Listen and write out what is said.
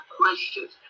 questions